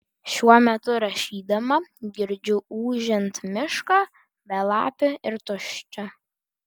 šiuo metu rašydama girdžiu ūžiant mišką belapį ir tuščią